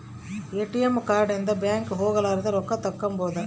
ATM card ಇಂದ bank ಹೋಗಲಾರದ ರೊಕ್ಕ ತಕ್ಕ್ಕೊಬೊದು